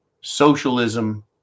Socialism